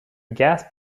gas